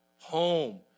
Home